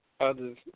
others